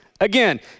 Again